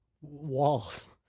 walls